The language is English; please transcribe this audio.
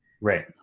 right